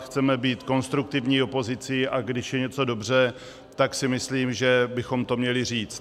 Chceme být konstruktivní opozicí, a když je něco dobře, tak si myslím, že bychom to měli říct.